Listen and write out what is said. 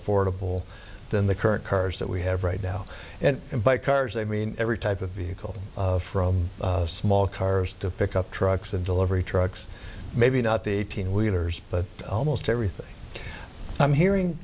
affordable than the current cars that we have right now and buy cars i mean every type of vehicle from small cars to pick up trucks and delivery trucks maybe not the eighteen wheelers but almost everything i'm hearing